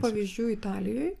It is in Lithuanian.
pavyzdžių italijoj